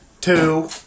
Two